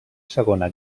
segona